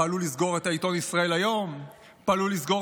פעלו לסגירת העיתון ישראל היום,